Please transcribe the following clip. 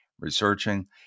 researching